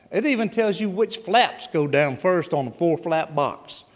it even tells you which flaps go down first on a four flap box.